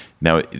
Now